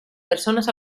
personas